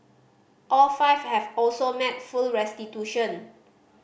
all five have also made full restitution